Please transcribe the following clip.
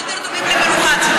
אנחנו יותר טובים למלוכה.